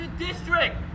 district